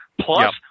Plus